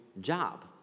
job